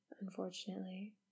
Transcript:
unfortunately